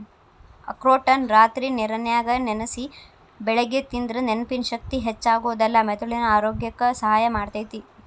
ಅಖ್ರೋಟನ್ನ ರಾತ್ರಿ ನೇರನ್ಯಾಗ ನೆನಸಿ ಬೆಳಿಗ್ಗೆ ತಿಂದ್ರ ನೆನಪಿನ ಶಕ್ತಿ ಹೆಚ್ಚಾಗೋದಲ್ದ ಮೆದುಳಿನ ಆರೋಗ್ಯಕ್ಕ ಸಹಾಯ ಮಾಡ್ತೇತಿ